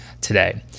today